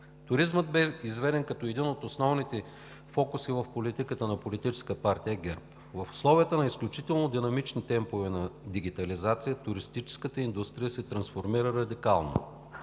Туризмът бе изведен като един от основните фокуси в политиката на Политическа партия ГЕРБ. В условията на изключително динамични темпове на дигитализация туристическата индустрия се трансформира радикално.